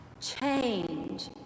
Change